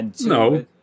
No